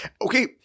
Okay